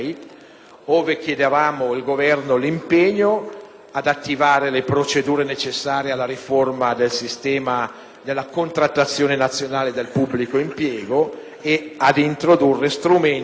si richiedeva di attivare le procedure necessarie alla riforma del sistema della contrattazione nazionale del pubblico impiego e ad introdurre strumenti